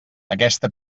aquesta